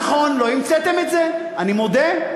נכון, לא המצאתם את זה, אני מודה.